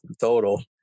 total